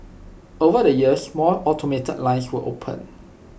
over the years more automated lines were opened